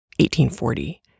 1840